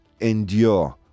endure